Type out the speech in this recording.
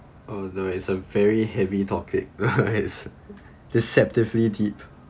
although it's a very heavy topic it's deceptively deep